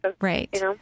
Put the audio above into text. Right